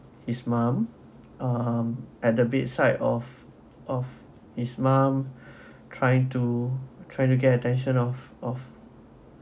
his mom at the bedside of of his mom trying to trying to get attention of of